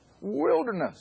wilderness